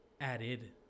Added